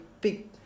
big